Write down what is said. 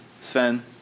Sven